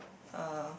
uh